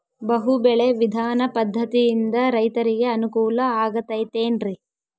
ಬಹು ಬೆಳೆ ವಿಧಾನ ಪದ್ಧತಿಯಿಂದ ರೈತರಿಗೆ ಅನುಕೂಲ ಆಗತೈತೇನ್ರಿ?